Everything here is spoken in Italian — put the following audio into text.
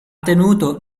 tenuto